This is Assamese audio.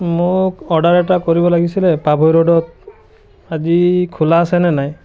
মোক অৰ্ডাৰ এটা কৰিব লাগিছিলে পাভৈ ৰোডত আজি খোলা আছেনে নাই